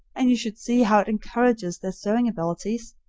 and you should see how it encourages their sewing ability.